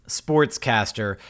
sportscaster